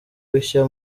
bishya